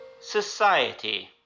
Society